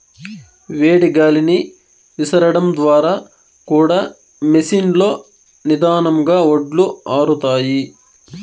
వేడి గాలిని విసరడం ద్వారా కూడా మెషీన్ లో నిదానంగా వడ్లు ఆరుతాయి